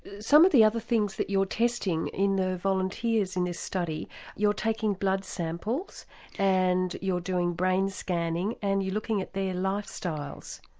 some of the other things that you're testing in the volunteer in this study you're taking blood samples and you're doing brain scanning and you're looking at their lifestyles.